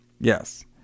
Yes